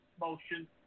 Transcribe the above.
Motion